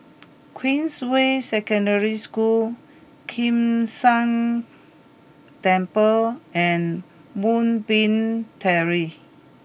Queensway Secondary School Kim San Temple and Moonbeam Terrace